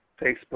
Facebook